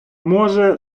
може